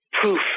proof